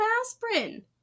aspirin